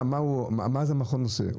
מה המכון עושה?